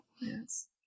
Yes